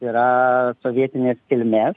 yra sovietinės kilmės